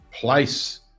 place